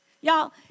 Y'all